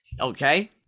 Okay